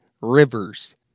Rivers